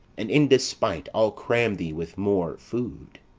and in despite i'll cram thee with more food.